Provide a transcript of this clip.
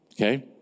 Okay